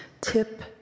tip